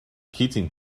keating